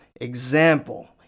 example